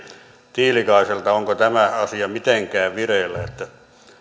tiilikaiselta onko tämä asia mitenkään vireillä että